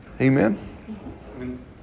Amen